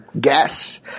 guess